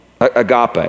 agape